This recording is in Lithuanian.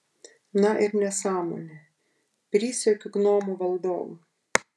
na ir nesąmonė prisiekiu gnomų valdovu